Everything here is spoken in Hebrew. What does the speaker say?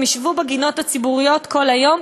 הם ישבו בגינות הציבוריות כל היום,